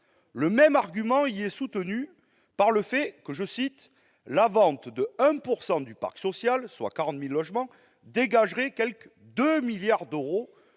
Le même argument y est soutenu par le fait que la vente de 1 % du parc social, soit 40 000 logements, dégagerait quelque 2 milliards d'euros,